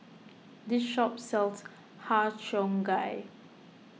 this shop sells Har Cheong Gai